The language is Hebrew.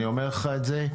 אני אומר לך את זה.